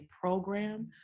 program